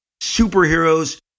superheroes